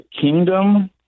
Kingdom